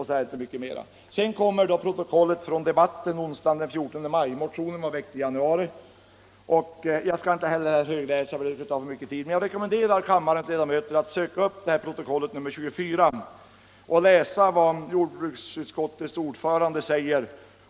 Sedan kommer då protokollet från debatten onsdagen den 14 maj 1969 —- motionen var väckt i januari. Jag skall inte högläsa ur det heller —- det tar för mycket tid — men jag rekommenderar kammarens ledamöter att söka reda på det här protokollet, nr 24, och läsa vad jordbruksutskottets ordförande säger.